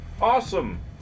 Awesome